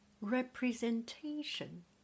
representation